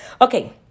Okay